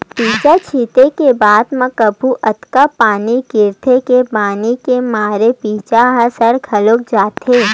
बीजा छिते के बाद म कभू अतका पानी गिरथे के पानी के मारे बीजा ह सर घलोक जाथे